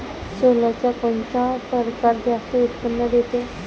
सोल्याचा कोनता परकार जास्त उत्पन्न देते?